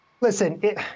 Listen